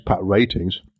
ratings